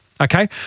okay